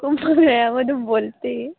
कुंभमेळामधून बोलते